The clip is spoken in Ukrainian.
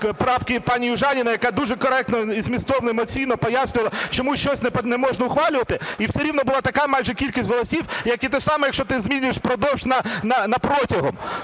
правки пані Южаніної, яка дуже коректно і змістовно, емоційно пояснювала, чому щось не можна ухвалювати. І все рівно була така майже кількість голосів, як і те саме, що ти змінюєш "впродовж" на "протягом".